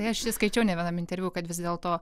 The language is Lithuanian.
tai aš ir skaičiau nė vienam interviu kad vis dėlto